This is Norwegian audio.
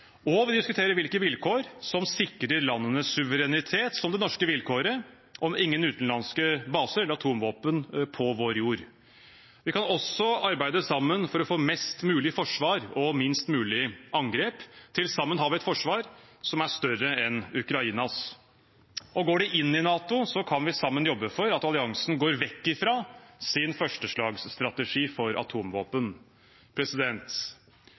diskuterer hvilke vilkår som sikrer landene suverenitet, som det norske vilkåret om ingen utenlandske baser eller atomvåpen på vår jord. Vi kan også arbeide sammen for å få mest mulig forsvar og minst mulig angrep. Til sammen har vi et forsvar som er større enn Ukrainas. Går de inn i NATO, kan vi sammen jobbe for at alliansen går vekk fra sin førsteslagsstrategi for atomvåpen.